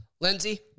Lindsey